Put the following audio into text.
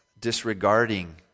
disregarding